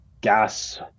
gas